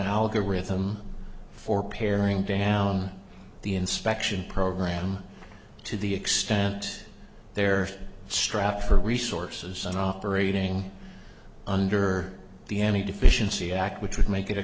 algorithm for pairing down the inspection program to the extent they're strapped for resources and operating under the any deficiency act which would make it a